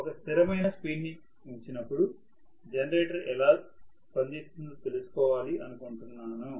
ఒక స్థిరమైన స్పీడ్ ని ఉంచినప్పుడు జనరేటర్ ఎలా స్పందిస్తుందో తెలుసు కోవాలి అనుకొంటున్నాను